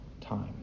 time